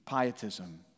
Pietism